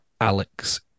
Alex